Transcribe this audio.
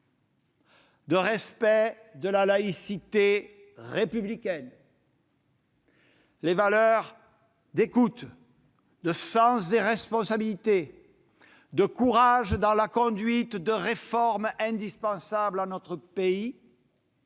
de respect de la laïcité républicaine, d'écoute, de sens des responsabilités, de courage dans la conduite de réformes indispensables à notre pays.